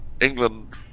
England